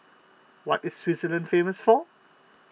what is Switzerland famous for